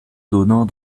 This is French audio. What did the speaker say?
donnant